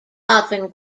often